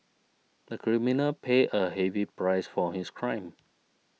the criminal paid a heavy price for his crime